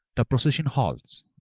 the procession halts,